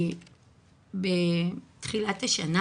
בתחילת השנה